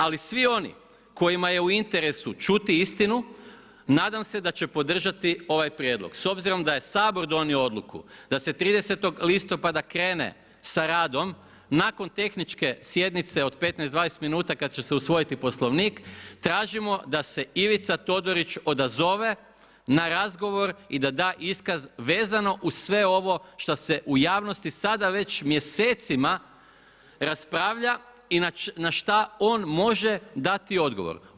Ali svi oni kojima je u interesu čuti istinu nadam se da će podržati ovaj prijedlog s obzirom da je Sabor donio odluku da se 30. listopada krene sa radom nakon tehničke sjednice od 15, 20 minuta kada će se usvojiti Poslovnik tražimo da se Ivica Todorić odazove na razgovor i da da iskaz uz sve ovo što se u javnosti sada već mjesecima raspravlja i na šta on može dati odgovor.